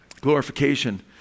Glorification